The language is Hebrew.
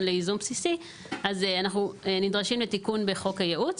לייזום בסיסי אז אנחנו נדרשים לתיקון בחוק הייעוץ.